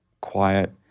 quiet